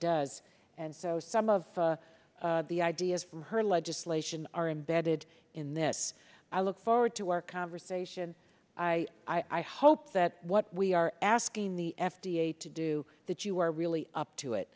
does and so some of the ideas from her legislation are embedded in this i look forward to our conversation i i hope that what we are asking the f d a to do that you are really up to